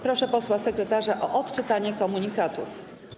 Proszę posła sekretarza o odczytanie komunikatów.